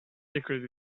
secret